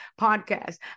podcast